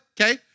okay